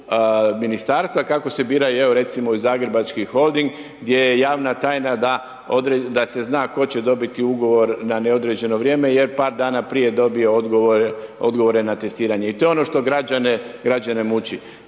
u ministarstva, kako se biraju, evo recimo u Zagrebački holding, gdje je javna tajna, da se zna tko će dobiti ugovor na određeno vrijeme, jer je par dana prije dobio odgovore na testiranje i to je ono što građane muči.